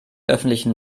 öffentlichen